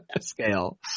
scale